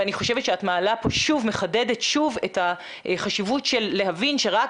אני חושבת שאת מעלה ומחדדת שוב את החשיבות של להבין שרק